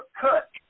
cut